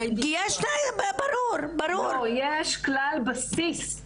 יש כלל בסיס.